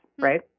right